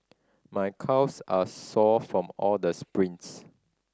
my calves are sore from all the sprints